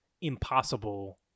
impossible